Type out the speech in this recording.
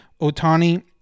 Otani